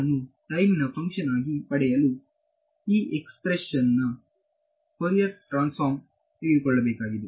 ಅನ್ನು ಟೈಮ್ ನ ಫಂಕ್ಷನ್ ಆಗಿ ಪಡೆಯಲು ಈ ಎಕ್ಸ್ಪ್ರೆಷನ್ಯ ಇನ್ವರ್ಸ್ ಫೋರಿಯರ್ ಟ್ರಾನ್ಸ್ಫಾರ್ಮ ತೆಗೆದುಕೊಳ್ಳಬೇಕಾಗಿದೆ